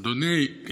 אדוני,